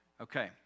Okay